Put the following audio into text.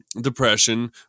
depression